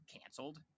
canceled